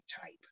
type